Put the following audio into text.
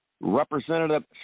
Representative